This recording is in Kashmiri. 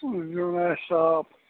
زیُن آسہِ صاف